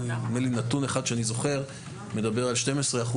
נתון אחד שאני זוכר מדבר על כך ש-12%